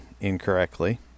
incorrectly